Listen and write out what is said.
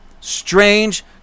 strange